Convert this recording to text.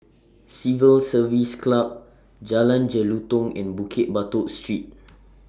Civil Service Club Jalan Jelutong and Bukit Batok Street